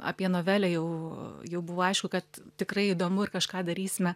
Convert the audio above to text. apie novelę jau jau buvo aišku kad tikrai įdomu ir kažką darysime